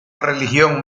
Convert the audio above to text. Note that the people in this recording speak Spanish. religión